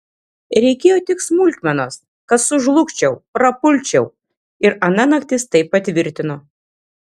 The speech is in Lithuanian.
reikėjo tik smulkmenos kad sužlugčiau prapulčiau ir ana naktis tai patvirtino